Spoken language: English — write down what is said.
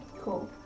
Cool